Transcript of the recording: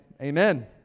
amen